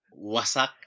Wasak